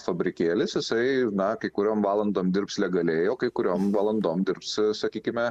fabrikėlis jisai na kai kuriom valandom dirbs legaliai o kai kuriom valandom dirbs sakykime